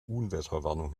unwetterwarnung